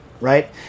right